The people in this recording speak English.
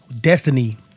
Destiny